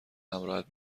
همراهت